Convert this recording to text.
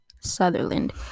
Sutherland